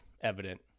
evident